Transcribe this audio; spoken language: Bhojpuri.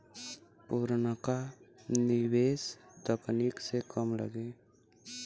पुरनका निवेस तकनीक से कम लगे